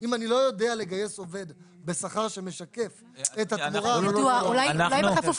אם אני לא יודע לגייס עובד בשכר שמשקף את התמורה --- אדוני היושב ראש,